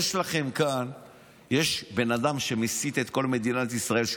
יש לכם כאן בן אדם שמסית את כל מדינת ישראל,